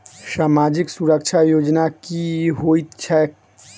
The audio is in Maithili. सामाजिक सुरक्षा योजना की होइत छैक?